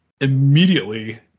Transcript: immediately